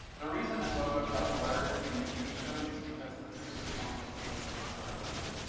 the reason that logos are blurred in tv shows is because the producers want to get paid to show the logo.